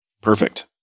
Perfect